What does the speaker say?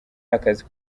akazi